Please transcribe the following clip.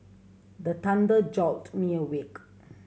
the thunder jolt me awake